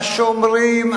השומרים,